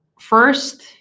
first